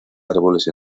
árboles